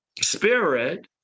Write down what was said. spirit